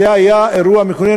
זה היה אירוע מכונן,